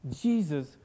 Jesus